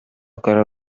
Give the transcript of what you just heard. көрө